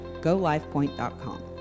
golifepoint.com